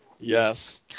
Yes